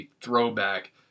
throwback